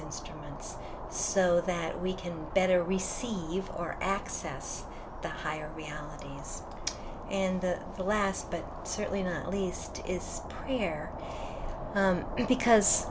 instruments so that we can better receive or access the higher realities and the last but certainly not least is here because